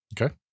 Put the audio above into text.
Okay